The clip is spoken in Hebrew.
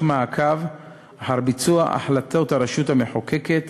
מעקב אחר ביצוע החלטות הרשות המחוקקת